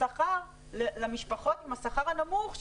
שכר למשפחות עם השכר הנמוך,